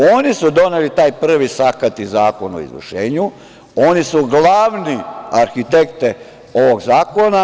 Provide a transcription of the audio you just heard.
Oni su doneli taj prvi sakati Zakon o izvršenju, oni su glavne arhitekte ovog zakona.